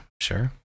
sure